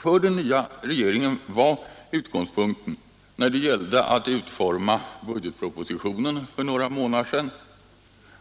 För den nya regeringen var utgångspunkten när det för några månader sedan gällde att utforma budgetpropositionen